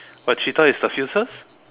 but cheetah is the fiercest